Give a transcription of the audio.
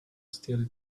still